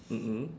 mm mm